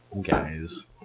Guys